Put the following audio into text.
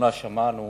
לאחרונה שמענו